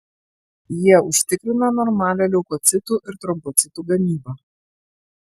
jie užtikrina normalią leukocitų ir trombocitų gamybą